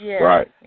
Right